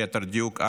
ליתר דיוק,